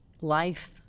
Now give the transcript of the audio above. life